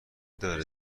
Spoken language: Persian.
داره